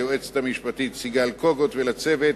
ליועצת המשפטית סיגל קוגוט ולצוות,